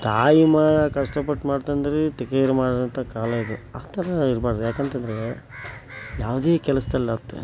ತಾಯಿ ಮಾಡೋ ಕಷ್ಟಪಟ್ಟು ಮಾಡ್ತಂದರೆ ಕೇರ್ ಮಾಡ್ದಂಥ ಕಾಲ ಇದು ಆ ಥರ ಇರಬಾರ್ದು ಯಾಕಂತಂದರೆ ಯಾವುದೇ ಕೆಲಸ್ದಲ್ಲಾಯ್ತು